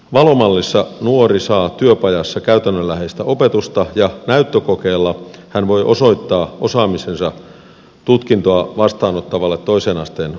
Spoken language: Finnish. valo mallissa nuori saa työpajassa käytännönläheistä opetusta ja näyttökokeella hän voi osoittaa osaamisensa tutkintoa vastaanottavalle toisen asteen oppilaitokselle